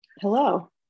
Hello